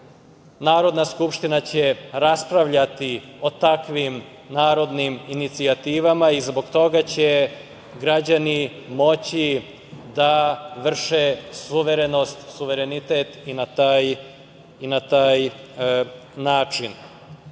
Narodna skupština će raspravljati o takvim narodnim inicijativama i zbog toga će građani moći da vrše suverenost, suverenitet i na taj način. Što